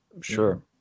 Sure